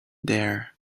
there